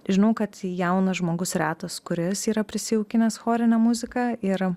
žinau kad jaunas žmogus retas kuris yra prisijaukinęs chorinę muziką ir